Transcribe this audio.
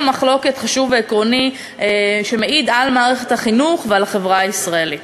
מחלוקת חשוב ועקרוני שמעיד על מערכת החינוך ועל החברה הישראלית.